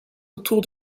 autour